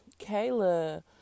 Kayla